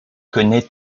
connaît